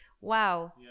wow